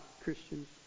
Christians